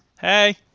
Hey